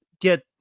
get